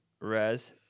res